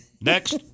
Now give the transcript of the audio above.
Next